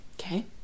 Okay